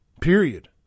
Period